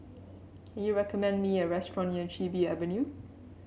can you recommend me a restaurant near Chin Bee Avenue